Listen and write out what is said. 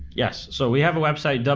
yes, so we have a website,